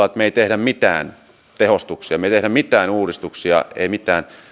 että me emme tee mitään tehostuksia me emme tee mitään uudistuksia ei mitään